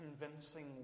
convincing